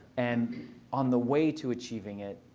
and on the way to achieving it,